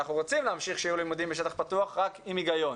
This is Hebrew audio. אנחנו רוצים שיהיו לימודים בשטח פתוח אבל עם היגיון.